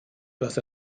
was